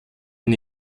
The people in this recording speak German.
ein